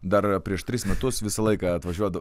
dar prieš tris metus visą laiką atvažiuoda